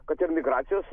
kad ir migracijos